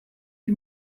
que